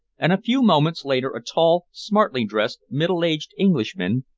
and a few moments later a tall, smartly-dressed, middle-aged englishman,